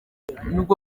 nubwo